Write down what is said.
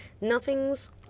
Nothing's